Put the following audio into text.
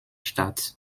stadt